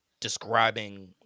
describing